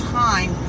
time